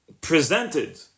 presented